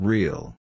Real